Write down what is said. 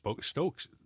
Stoke's